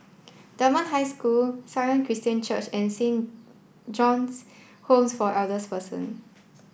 Dunman High School Sion Christian Church and Saint John's Homes for Elders Person